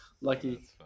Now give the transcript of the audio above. Lucky